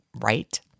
Right